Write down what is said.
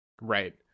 Right